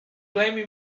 blaming